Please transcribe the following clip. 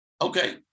Okay